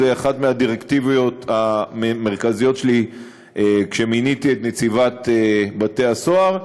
זאת אחת הדירקטיבות המרכזיות שלי כשמיניתי את נציבת בתי-הסוהר,